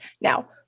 Now